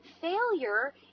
failure